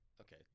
okay